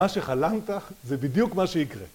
מה שחלמת זה בדיוק מה שיקרה